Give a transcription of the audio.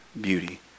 beauty